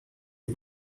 die